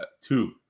Two